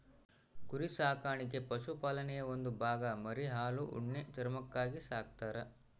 ಕುರಿ ಸಾಕಾಣಿಕೆ ಪಶುಪಾಲನೆಯ ಒಂದು ಭಾಗ ಮರಿ ಹಾಲು ಉಣ್ಣೆ ಚರ್ಮಕ್ಕಾಗಿ ಸಾಕ್ತರ